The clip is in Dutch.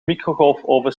microgolfoven